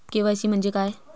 KYC म्हंजे काय?